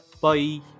Bye